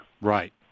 Right